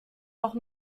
noch